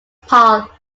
paul